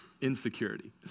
insecurity